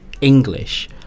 English